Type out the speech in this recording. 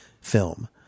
film